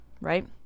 Right